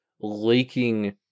leaking